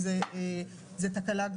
וזאת תקלה.